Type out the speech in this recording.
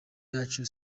yacu